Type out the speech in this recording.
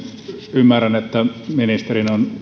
ymmärrän että ministerin on